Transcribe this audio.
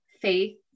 faith